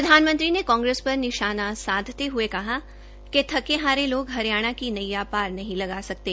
प्रधानंमंत्री ने कांग्रेस पर निशाना साधते हये कहा कि थके हारे लोग हरियाणा की नैया पार नहीं लगा सकते